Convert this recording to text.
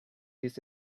used